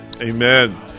amen